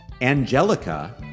Angelica